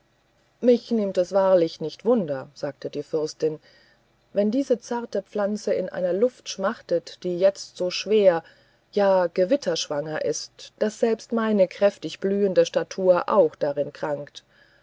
mich nimmt es wahrlich nicht wunder sagte die fürstin wenn diese zarte pflanze in einer luft schmachtet die jetzt so schwer ja gewitterschwanger ist daß selbst meine kräftig blühende statur auch darin krankt